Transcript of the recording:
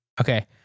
Okay